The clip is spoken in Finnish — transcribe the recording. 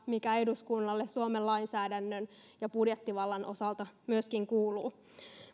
mikä eduskunnalle suomen lainsäädännön ja budjettivallan osalta myöskin kuuluu